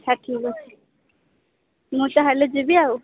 ହଁ ଠିକ୍ ଅଛି ମୁଁ ତାହଲେ ଯିବି ଆଉ